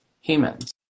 humans